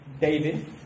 David